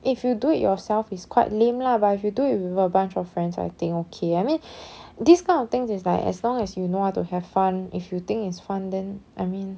if you do it yourself it's quite lame lah but if you do with a bunch of friends I think okay I mean this kind of things is like as long as you know how to have fun if you think it's fun then I mean